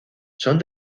son